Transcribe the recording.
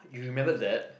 you remember that